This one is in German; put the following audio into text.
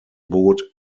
bot